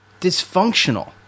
dysfunctional